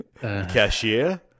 Cashier